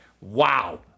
Wow